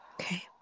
Okay